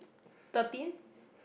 thirteen